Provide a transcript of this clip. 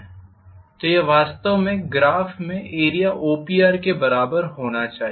तो यह वास्तव में ग्राफ में area OPRके बराबर होना चाहिए